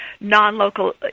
non-local